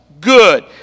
good